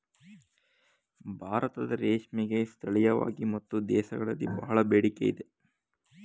ಭಾರತದ ರೇಷ್ಮೆಗೆ ಸ್ಥಳೀಯವಾಗಿ ಮತ್ತು ದೇಶಗಳಲ್ಲಿ ಬಹಳ ಬೇಡಿಕೆ ಇದೆ